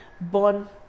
born